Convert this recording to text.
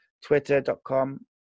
twitter.com